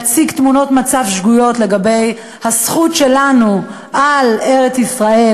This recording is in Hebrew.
להציג תמונות מצב שגויות לגבי הזכות שלנו על ארץ-ישראל,